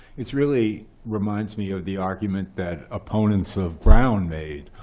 it really reminds me of the argument that opponents of brown made.